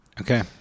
Okay